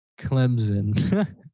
Clemson